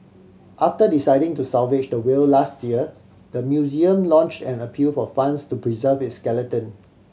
after deciding to salvage the whale last year the museum launch an appeal for funds to preserve its skeleton